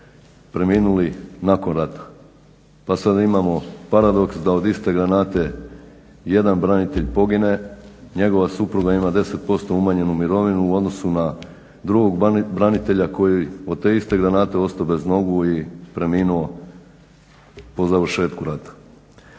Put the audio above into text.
preminuli nakon rata. Pa sada imamo paradoks da od iste granate jedan branitelj pogine, njegova supruga ima 10% umanjenu mirovinu u odnosu na drugog branitelja koji je od te iste granate ostao bez nogu i preminuo po završetku rata.